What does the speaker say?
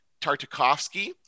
Tartakovsky